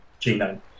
genome